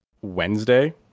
Wednesday